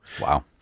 Wow